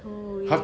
oh really